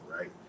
right